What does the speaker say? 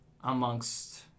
amongst